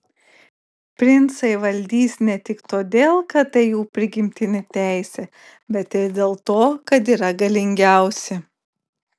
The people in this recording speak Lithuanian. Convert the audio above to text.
princai valdys ne tik todėl kad tai jų prigimtinė teisė bet ir dėl to kad yra galingiausi